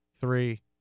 three